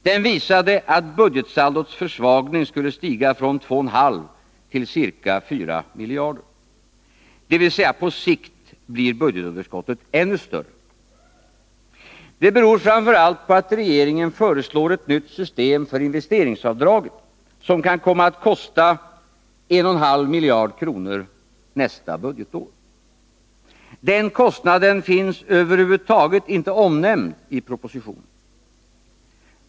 Den visade att budgetsaldots försvagning skulle stiga från 2,5 till ca 4 miljarder, dvs. att på sikt blir budgetunderskottet ännu större. Det beror framför allt på att regeringen föreslår ett nytt system för investeringsavdragen, som kan komma att kosta 1,5 miljarder nästa budgetår. Denna kostnad finns över huvud taget inte omnämnd i propositionen.